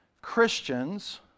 Christians